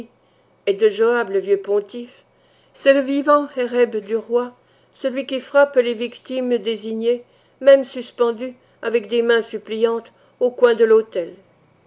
de joab le vieux pontife c'est le vivant herrëb du roi celui qui frappe les victimes désignées même suspendues avec des mains suppliantes aux coins de l'autel